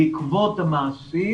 "בעקבות המעשים